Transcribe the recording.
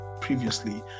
previously